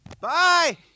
Bye